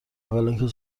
آنکه